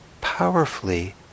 powerfully